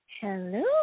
Hello